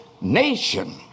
nation